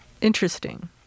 interesting